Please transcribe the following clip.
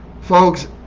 Folks